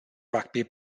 rugby